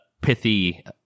pithy